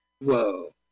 Whoa